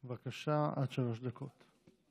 בבקשה, עד שלוש דקות.